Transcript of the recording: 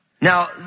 Now